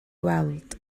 weld